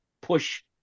push